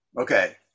okay